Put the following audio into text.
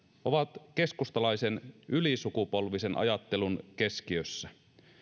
ovat keskustalaisen ylisukupolvisen ajattelun keskiössä